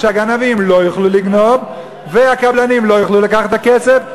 שהגנבים לא יוכלו לגנוב והקבלנים לא יוכלו לקחת את הכסף,